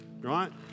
Right